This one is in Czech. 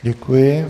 Děkuji.